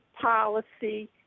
policy